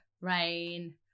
rain